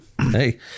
Hey